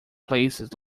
places